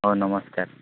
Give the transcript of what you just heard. ହେଉ ନମସ୍କାର